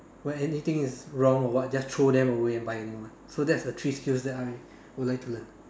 when anything is wrong or what just throw them away and buy a new one so that's the three skills that I would like to learn